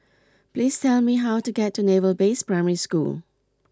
please tell me how to get to Naval Base Primary School